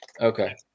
okay